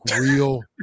real